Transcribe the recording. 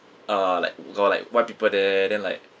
uh like got like white people there then like